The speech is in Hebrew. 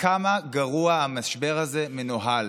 לכמה גרוע המשבר הזה מנוהל.